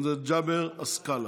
ג'אבר עסאקלה.